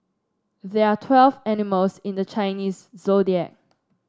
there are twelve animals in the Chinese Zodiac